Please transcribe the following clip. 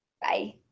Bye